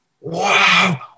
wow